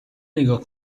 نیگا